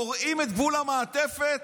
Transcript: קורעים את גבול המעטפת,